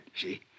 see